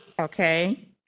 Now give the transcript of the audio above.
Okay